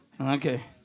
Okay